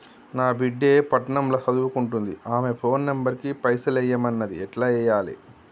నా బిడ్డే పట్నం ల సదువుకుంటుంది ఆమె ఫోన్ నంబర్ కి పైసల్ ఎయ్యమన్నది ఎట్ల ఎయ్యాలి?